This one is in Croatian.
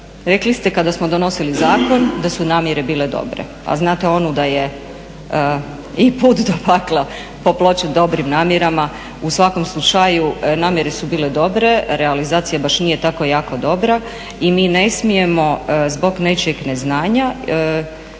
Rekli ste kada smo donosili zakon da su namjere bile dobre. A znate onu da je i put do pakla popločen dobrim namjerama. U svakom slučaju namjere su bile dobre, realizacija baš nije tako jako dobra i mi ne smijemo zbog nečijeg neznanja